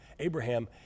Abraham